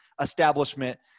establishment